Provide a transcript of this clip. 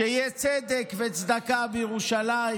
שיהיה צדק וצדקה בירושלים,